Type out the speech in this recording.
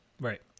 Right